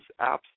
apps